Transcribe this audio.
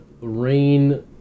rain